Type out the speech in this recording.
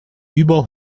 über